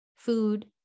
food